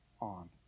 on